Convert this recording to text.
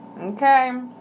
okay